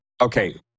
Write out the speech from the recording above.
okay